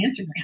Instagram